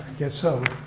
guess so.